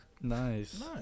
Nice